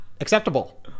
acceptable